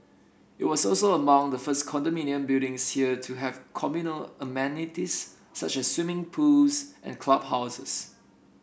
it was also among the first condominium buildings here to have communal amenities such as swimming pools and clubhouses